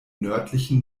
nördlichen